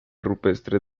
rupestre